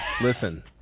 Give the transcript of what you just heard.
Listen